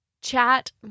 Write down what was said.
chat